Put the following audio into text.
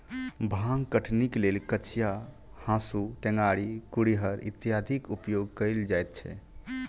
भांग कटनीक लेल कचिया, हाँसू, टेंगारी, कुरिहर इत्यादिक उपयोग कयल जाइत छै